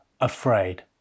afraid